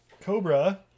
Cobra